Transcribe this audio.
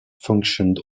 functioned